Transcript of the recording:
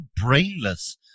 brainless